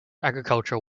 agriculture